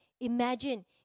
Imagine